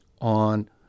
on